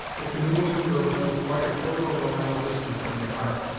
the canoe of the girls was quite a quarter of a mile distant from the ark,